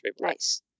Nice